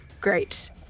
Great